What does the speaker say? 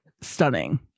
stunning